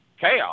chaos